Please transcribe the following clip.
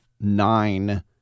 nine